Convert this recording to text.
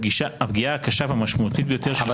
הפגיעה הקשה והמשמעותית ביותר --- אבל